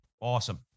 Awesome